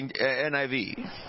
NIV